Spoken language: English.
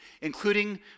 including